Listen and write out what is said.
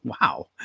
wow